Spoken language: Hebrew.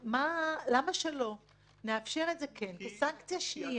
למה שלא נאפשר את זה כן כסנקציה שנייה?